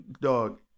Dog